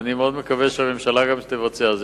ואני מאוד מקווה שהממשלה גם תבצע.